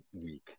week